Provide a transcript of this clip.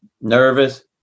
nervous